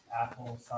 apple